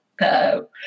No